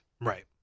right